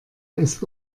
ist